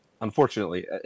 unfortunately